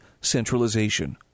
centralization